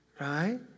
right